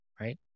right